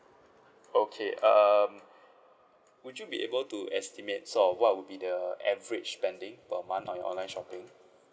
okay um would you be able to estimate sort of what would be the average spending per month on your online shopping